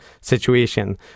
situation